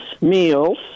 meals